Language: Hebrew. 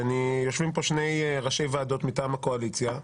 ויושבים פה שני ראשי ועדות מטעם הקואליציה,